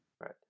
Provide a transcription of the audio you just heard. Right